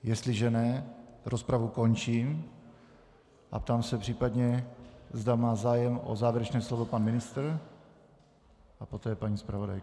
Jestliže ne, rozpravu končím a ptám se, zda má zájem o závěrečné slovo pan ministr a poté paní zpravodajka.